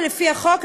לפי החוק,